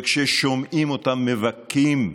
וכששומעים אותם מבכים,